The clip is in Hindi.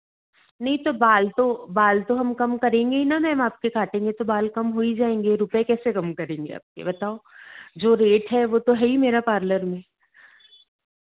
नहीं तो बाल तो बाल तो हम कम करेंगे ही मेम आपके काटेंगे बाल काम हो ही जाएँगे रुपये कैसे कम करेंगे बताओ जो रेट है वह तो है ही मेरे पार्लर में